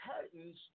curtains